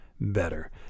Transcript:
better